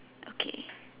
okay